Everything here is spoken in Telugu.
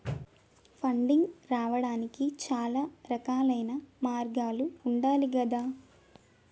ఫండింగ్ రావడానికి చాలా రకాలైన మార్గాలు ఉండాలి గదా